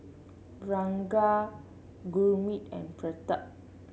Ranga Gurmeet and Pratap